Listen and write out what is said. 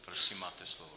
Prosím, máte slovo.